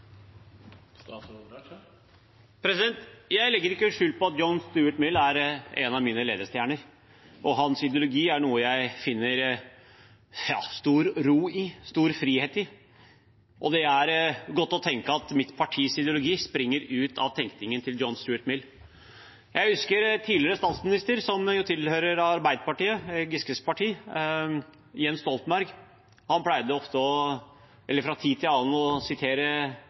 en av mine ledestjerner, og hans ideologi er noe jeg finner stor ro og stor frihet i. Det er godt å tenke at mitt partis ideologi springer ut av tenkningen til John Stuart Mill. Jeg husker at tidligere statsminister fra Arbeiderpartiet, Giskes parti, Jens Stoltenberg, fra tid til annen pleide å sitere Voltaire. Han sa: Jeg er totalt uenig i det du sier, men jeg er villig til å dø for din rett til å